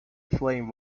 flame